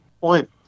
Point